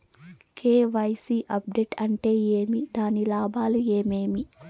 KYC update అంటే ఏమి? దాని లాభాలు ఏమేమి?